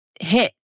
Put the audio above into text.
hit